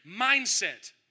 mindset